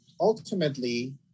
ultimately